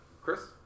Chris